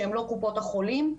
שהם לא קופות החולים.